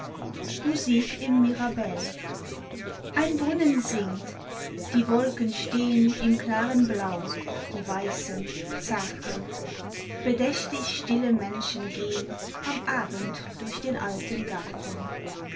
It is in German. musik im mirabell ein brunnen singt die wolken stehn im klaren blau die weißen zarten bedächtig stille menschen gehn am abend durch den alten garten